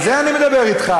על זה אני מדבר אתך.